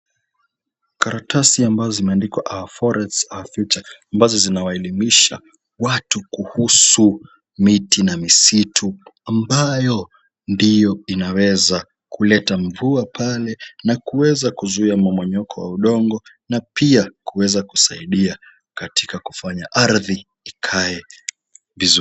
Karatasi ambazo zimeandikwa our forest our future ambazo zinawaelimisha watu kuhusu miti na misitu, ambayo ndio inaweza kuleta mvua pale na kuweza kuzuia mmomonyoko wa udongo na pia kuweza kusaidia katika kufanya ardhi ikae vizuri.